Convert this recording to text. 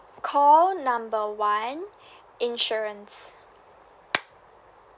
call number one insurance